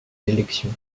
l’élection